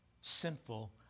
sinful